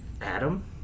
Adam